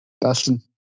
Dustin